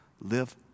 Live